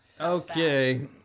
Okay